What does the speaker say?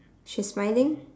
she's smiling